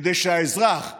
כדי שהאזרח,